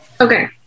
Okay